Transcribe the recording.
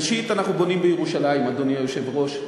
ראשית, אנחנו בונים בירושלים, אדוני היושב-ראש.